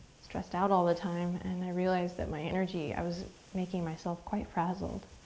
stressed out all the time. and i realized that my energy, i was making myself quite frazzled.